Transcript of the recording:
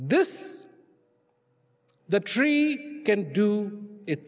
this the tree can do it